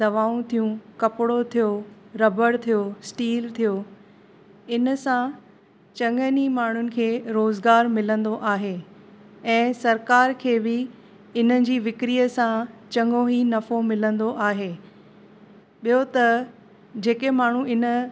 दवाऊं थियूं कपिड़ो थियो रबड़ थियो स्टील थियो इन सां चंङनि ई माण्हुनि खे रोज़गारु मिलंदो आहे ऐं सरकार खे बि हिन जी विकिणीअ सां चंङो ई नफ़ो मिलंदो आहे ॿियों त जेके माण्हू इन